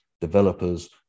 developers